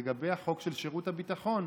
לגבי החוק של שירות הביטחון,